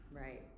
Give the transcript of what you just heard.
right